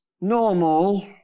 normal